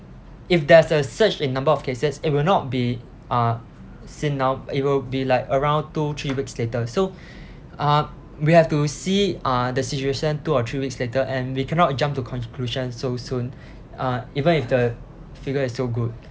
if there's a surge in number of cases it will not be uh seen now it will be like around two three weeks later so uh we have to see uh the situation two or three weeks later and we cannot jump to conclusions so soon uh even if the figure is still good